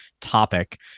topic